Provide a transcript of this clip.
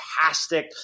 fantastic